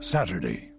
Saturday